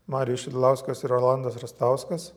marijus šidlauskas ir rolandas rastauskas